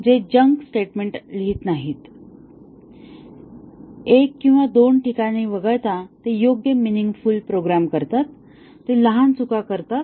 ते junk statement लिहित नाहीत एक किंवा दोन ठिकाणे वगळता ते योग्य मिनिंगफ़ुल प्रोग्रॅम करतात ते लहान चुका करतात